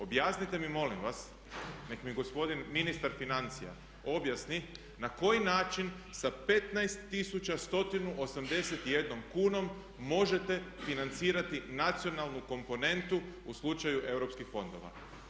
Objasnite mi molim vas, nek' mi gospodin ministar financija objasni na koji način sa 15181 kunom možete financirati nacionalnu komponentu u slučaju europskih fondova.